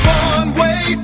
one-way